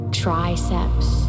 triceps